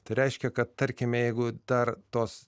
tai reiškia kad tarkime jeigu dar tos